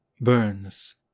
burns